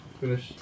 finish